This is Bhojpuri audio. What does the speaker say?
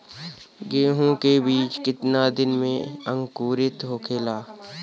गेहूँ के बिज कितना दिन में अंकुरित होखेला?